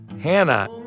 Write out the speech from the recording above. Hannah